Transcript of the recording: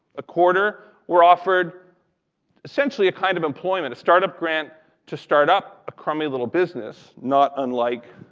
a quarter were offered essentially a kind of employment, a start up grant to start up a crummy little business, not unlike